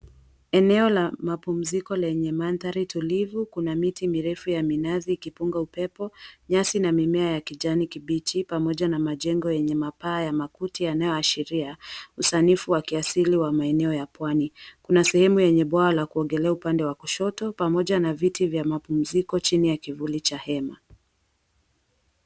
Eneo la mapumziko lenye mandhari tulivu kuna miti mirefu ya minazi ikipunga upepo, nyasi na mimea ya kijani kibichi pamoja na majengo yenye paa ya makuti yanayoashiria usanifu wa kiasili wa maeneo ya pwani. Kuna sehemu yenye bwawa la kuogelea upande wa kushoto pamoja na viti vya mapumziko chini ya kivuli cha hema.